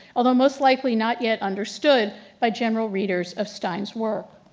although most likely not yet understood by general readers of stein's work.